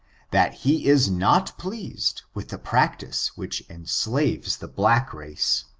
that he is not pleased with the practice which enslaves the black race.